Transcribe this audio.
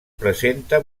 presenta